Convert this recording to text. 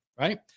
right